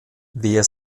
wer